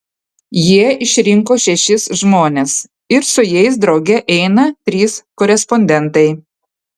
jie išrinko šešis žmones ir su jais drauge eina trys korespondentai